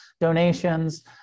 donations